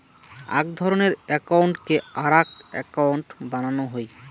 আক ধরণের একউন্টকে আরাক একউন্ট বানানো হই